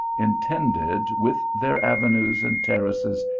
in tended, with their avenues, and terraces,